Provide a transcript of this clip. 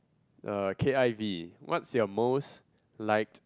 uh K_I_V what's your most liked